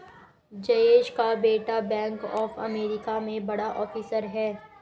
जयेश का बेटा bank of America में बड़ा ऑफिसर है